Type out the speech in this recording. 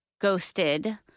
ghosted